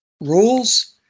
rules